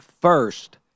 first